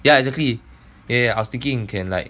yeah exactly eh I was thinking can like